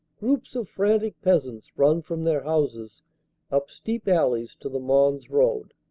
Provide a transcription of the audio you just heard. groups of frantic peasants run from their houses up steep alleys to the mons road.